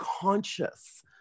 conscious